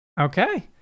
Okay